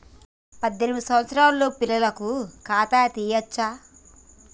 పద్దెనిమిది సంవత్సరాలలోపు పిల్లలకు ఖాతా తీయచ్చా?